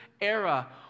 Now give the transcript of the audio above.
era